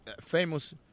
famous